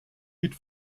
mit